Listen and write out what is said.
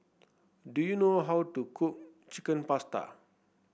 do you know how to cook Chicken Pasta